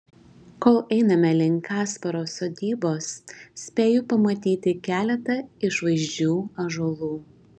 kol einame link kasparo sodybos spėju pamatyti keletą išvaizdžių ąžuolų